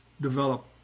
develop